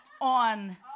on